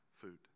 food